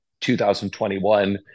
2021